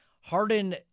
Harden